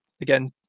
again